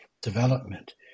development